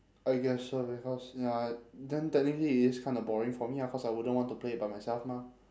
I guess so because ya then technically it is kind of boring for me lah cause I wouldn't want to play it by myself mah